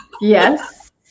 Yes